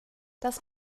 das